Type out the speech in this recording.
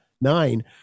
nine